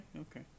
okay